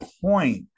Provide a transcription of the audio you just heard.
point